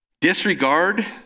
Disregard